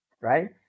right